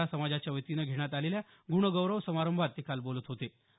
बंजारा समाजाच्यावतीनं घेण्यात आलेल्या गुणगौरव समारंभात ते बोलत होते